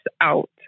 out